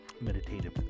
meditative